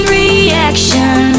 reaction